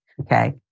okay